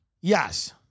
Yes